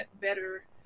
better